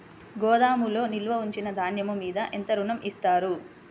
గోదాములో నిల్వ ఉంచిన ధాన్యము మీద ఎంత ఋణం ఇస్తారు?